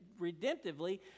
redemptively